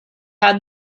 had